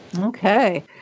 okay